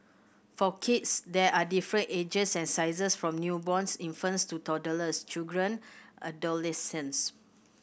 for kids there are different ages and sizes from newborns infants to toddlers children adolescents